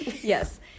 Yes